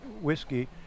whiskey